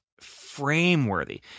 frame-worthy